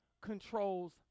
controls